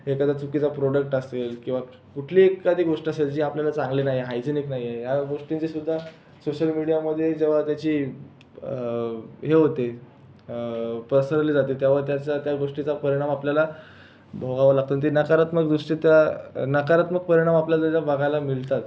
एखादा चुकीचा प्रोडक्ट असेल किंवा कुठलीही एखादी गोष्ट असेल जी आपल्याला चांगली नाही हाइजेनिक नाही आहे या गोष्टीचाीसुद्धा सोशल मिडियामध्ये जेव्हा त्याची हे होते पसरवली जाते तेव्हा त्याचा त्या गोष्टीचा परिणाम आपल्याला भोगावा लागतो आणि ती नकारात्मक दृष्टी त्या नकारात्मक परिणाम आपल्याला ते जे बघायला मिळतात